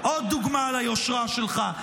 אומרת, עוד דוגמה ליושרה שלך.